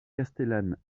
castellane